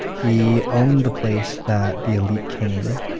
he owned the place that the elite came